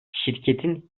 şirketin